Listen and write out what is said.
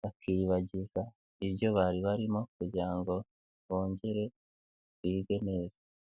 bakiyibagiza ibyo bari barimo kugira ngo bongere bige neza.